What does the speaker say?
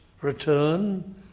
return